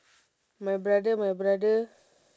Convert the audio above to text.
my brother my brother